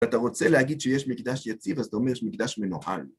אם אתה רוצה להגיד שיש מקדש יציב, אז אתה אומר יש מקדש מנוהל.